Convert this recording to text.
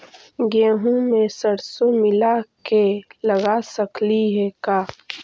गेहूं मे सरसों मिला के लगा सकली हे का?